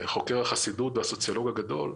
חוקר החסידות והסוציולוג הגדול,